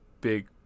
big